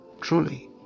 truly